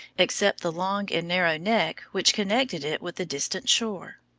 except the long and narrow neck which connected it with the distant shore.